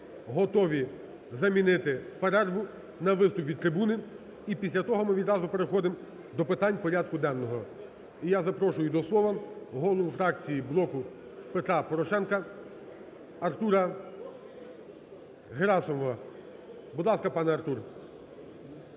готові замінити перерву на виступ від трибуни. І після того ми відразу переходимо до питань порядку денного. І я запрошую до слова голова фракції "Блоку Петра Порошенка" Артура Герасимова. Будь ласка, пане Артуре.